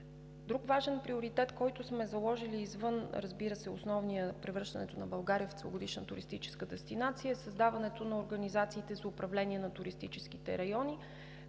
Друг важен приоритет, който сме заложили извън основния – превръщането на България в целогодишна туристическа дестинация, е създаването на организациите за управление на туристическите райони.